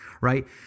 right